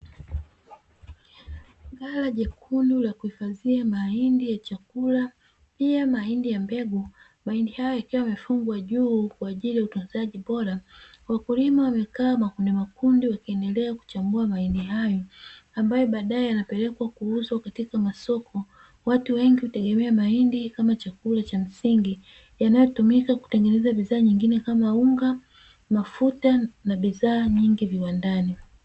Ghala jekundu la kuhifadhia mahindi ya chakula pia mahindi ya mbegu, mahindi hayo yakiwa yamefungwa juu kwa ajili ya utunzaji bora, wakulima wamekaa makundi makundi wakiendelea kuchambua mahindi hayo ambayo baadae yanapelekwa kuuzwa katika masoko, watu wengi hutegemea mahindi kama chakula cha msingi yanayotumika kutengeneza bidhaa nyingine kama unga, mafuta na bidhaa nyingi viwandani.